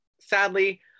Sadly